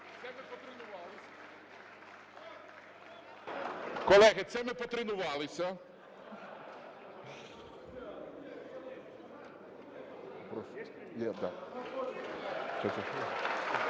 Колеги, це ми потренувалися.